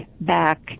back